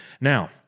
now